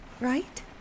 Right